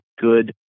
good